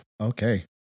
okay